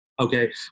Okay